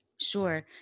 Sure